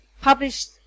published